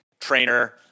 trainer